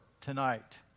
tonight